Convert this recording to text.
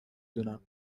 دونم